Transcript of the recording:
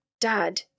Dad